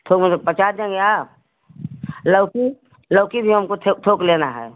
थोक में तो पचास देंगे आप लौकी लौकी भी हमको थे थोक लेना है